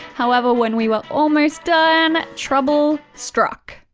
however, when we were almost done, trouble struck.